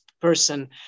person